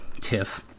tiff